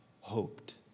hoped